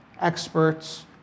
experts